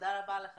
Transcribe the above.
תודה רבה לך